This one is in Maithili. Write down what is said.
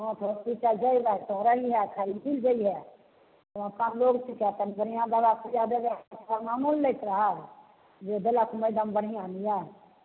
हँ तऽ होस्पिटल जैबय तो रहिए खाली मिल जहिए तो अपन लोग छिकै अपन बढ़िआँ दबाइ सूइआँ देबहऽ तोहर नामो लैत रहब जे देलक मैडम बढ़िआँ नीयर